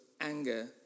anger